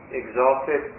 exalted